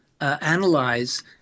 analyze